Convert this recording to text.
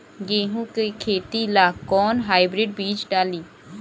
गेहूं के खेती ला कोवन हाइब्रिड बीज डाली?